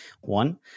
one